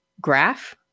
graph